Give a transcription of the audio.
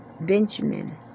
Benjamin